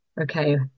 okay